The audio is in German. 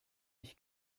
ich